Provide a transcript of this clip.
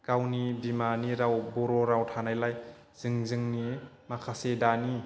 गावनि बिमानि राव बर' राव थानायलाय जों जोंनि माखासे दानि